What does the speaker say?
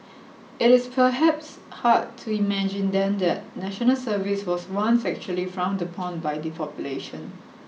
it is perhaps hard to imagine then that National Service was once actually frowned upon by the population